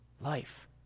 life